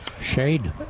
Shade